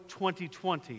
2020